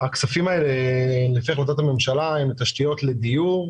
הכספים האלה, לפי החלטת הממשלה, הם תשתיות לדיור.